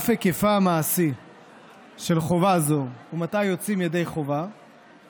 אף היקפה המעשי של חובה זו ומתי יוצאים ידי חובה